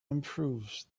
improves